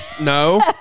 No